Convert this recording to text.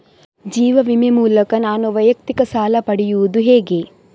ಜೀವ ವಿಮೆ ಮೂಲಕ ನಾನು ವೈಯಕ್ತಿಕ ಸಾಲ ಪಡೆಯುದು ಹೇಗೆ?